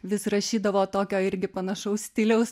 vis rašydavo tokio irgi panašaus stiliaus